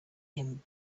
him